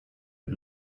mit